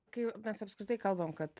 kai mes apskritai kalbam kad